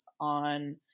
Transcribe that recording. on